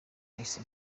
ice